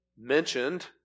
mentioned